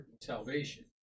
salvation